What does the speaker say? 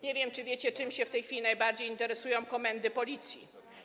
Nie wiem, czy wiecie, czym się w tej chwili najbardziej interesują komendy Policji.